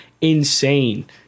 Insane